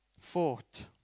fought